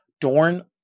Dorn